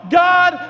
god